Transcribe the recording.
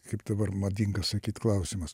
kaip dabar madinga sakyt klausimas